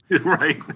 Right